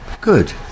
good